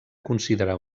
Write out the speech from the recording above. considerar